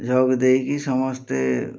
ଯୋଗ ଦେଇକି ସମସ୍ତେ